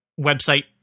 website